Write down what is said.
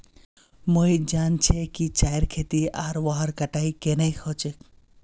मोहित जान छ कि चाईर खेती आर वहार कटाई केन न ह छेक